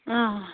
آ